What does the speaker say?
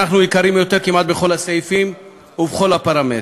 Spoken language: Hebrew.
אנחנו יקרים יותר כמעט בכל הסעיפים ובכל הפרמטרים,